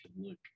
look